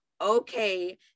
okay